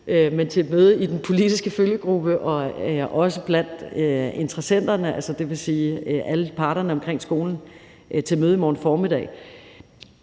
et møde i den politiske følgegruppe og med interessenterne, dvs. alle parterne omkring skolen, i morgen formiddag.